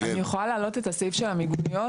אני יכולה להעלות את הסעיף של המיגוניות?